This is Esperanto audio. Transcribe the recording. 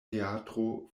teatro